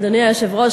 אדוני היושב-ראש,